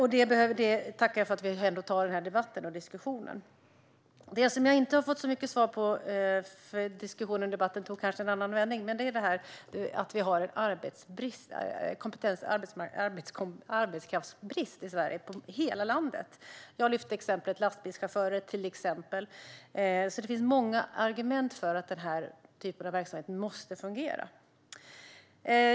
Jag tackar för att vi ändå har den här debatten och diskussionen. Det jag inte har fått så mycket svar på - diskussionen och debatten tog kanske en annan vändning - gäller detta att vi har arbetskraftsbrist i Sverige, i hela landet. Jag lyfte fram exemplet lastbilschaufförer. Det finns alltså många argument för att den här typen av verksamhet måste fungera.